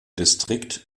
distrikt